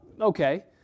okay